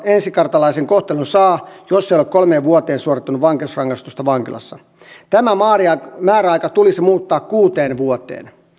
ensikertalaisen kohtelun saa jos ei ole kolmeen vuoteen suorittanut vankeusrangaistusta vankilassa tämä määräaika tulisi muuttaa kuuteen vuoteen